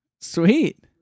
Sweet